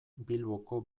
bilboko